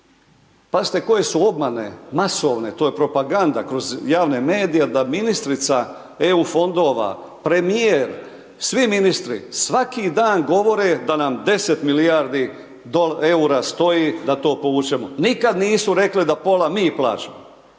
pazite koje su obmane, masovne, to je propaganda, kroz javne medije da ministrica EU fondova, premijer, svi ministri svaki dan govore da nam 10 milijardi EUR-a stoji da to povučemo. Nikad nisu rekli da pola mi plaćamo.